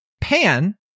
Pan